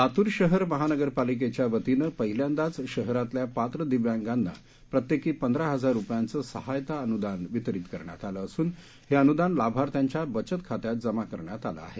लातूर शहर महानगरपालिकेच्या वतीनं पहिल्यांदाचं शहरातल्या पात्र दिव्यांगांना प्रत्येकी पंधरा हजार रुपयाचं सहायता अनूदानवितरित करण्यात आले असून हे अनूदान लाभार्थ्यांच्या बचत खात्यात जमा करण्यात आलं आहे